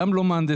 גם לא מהנדסים,